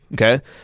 Okay